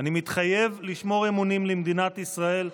אני מתחייב לשמור אמונים למדינת ישראל,